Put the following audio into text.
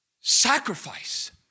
Sacrifice